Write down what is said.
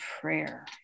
prayer